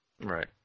right